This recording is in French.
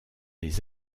les